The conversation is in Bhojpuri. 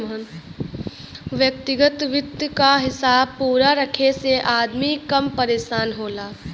व्यग्तिगत वित्त क हिसाब पूरा रखे से अदमी कम परेसान होला